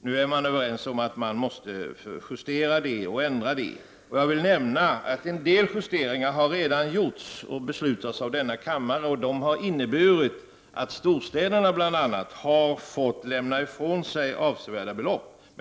Nu är alla överens om att vi måste justera och ändra det. Jag vill nämna att en del justeringar redan har gjorts och beslutats i denna kammare. Dessa har inneburit att storstäderna har fått lämna ifrån sig avsevärda belopp.